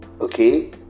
Okay